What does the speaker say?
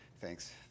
thanks